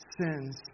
sins